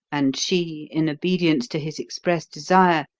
and she, in obedience to his expressed desire,